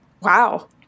Wow